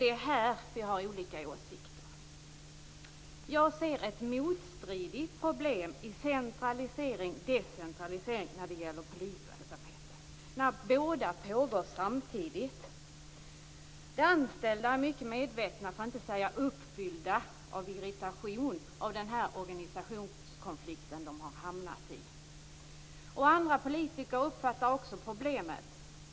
Det är här vi har olika åsikter. Jag ser ett motstridigt problem i centralisering och decentralisering av polisverksamheten när båda pågår samtidigt. De anställda är mycket medvetna om det och är uppfyllda av irritation över den organisationskonflikt de har hamnat i. Andra politiker har också uppfattat problemet.